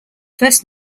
first